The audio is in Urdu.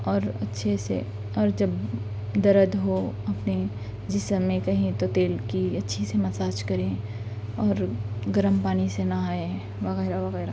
اور اچھے سے اور جب درد ہو اپنے جسم میں کہیں تو تیل کی اچھی سی مساج کریں اور گرم پانی سے نہائیں وغیرہ وغیرہ